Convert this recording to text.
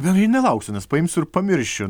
bendrai nelauksiu nes paimsiu ir pamiršiu